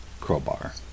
crowbar